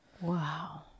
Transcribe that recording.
wow